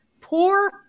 poor